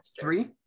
three